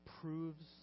proves